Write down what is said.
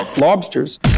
Lobsters